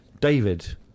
David